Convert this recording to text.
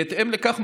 בהתאם לכך,